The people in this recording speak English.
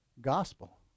Gospel